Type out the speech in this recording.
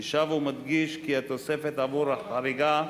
אני שב ומדגיש כי התוספת עבור החריגה,